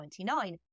1999